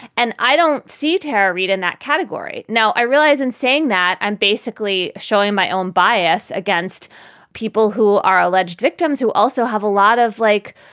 and i don't see tara reid in that category. now, i realize in saying that i'm basically showing my own bias against people who are alleged victims, who also have a lot of, like,